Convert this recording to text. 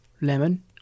lemon